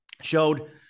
showed